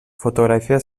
fotografia